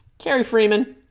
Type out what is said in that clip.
terry freeman